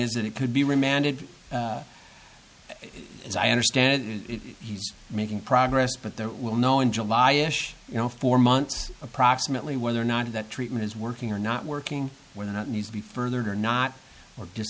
is that it could be remanded as i understand it he's making progress but there will know in july if you know for months approximately whether or not that treatment is working or not working when that needs to be furthered or not or